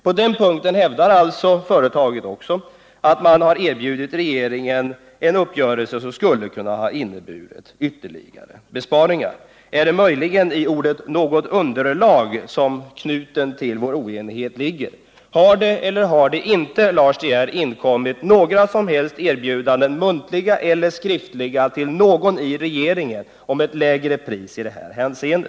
På den punkten hävdar alltså företaget att man har erbjudit regeringen en uppgörelse som kunde ha inneburit ytterligare besparingar. Är det möjligen i uttrycket ”något underlag” som knuten till vår oenighet ligger? Har det eller har det inte, Lars De Geer, inkommit några som helst erbjudanden, muntliga eller skriftliga, till någon i regeringen om ett lägre pris i detta hänseende?